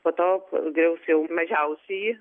po to griaus jau mažiausiąjį